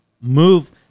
move